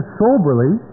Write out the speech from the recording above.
soberly